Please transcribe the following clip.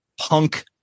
punk